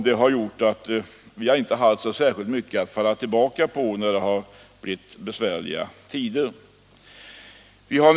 Det har gjort att vi inte har haft särskilt mycket att falla tillbaka på när det har blivit besvärliga tider.